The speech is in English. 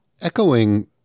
echoing